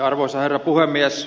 arvoisa herra puhemies